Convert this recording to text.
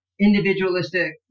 individualistic